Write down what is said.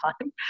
time